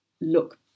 look